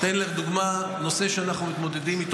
אני אתן לך דוגמה בנושא שאנחנו מתמודדים איתו